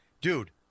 Dude